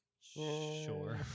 Sure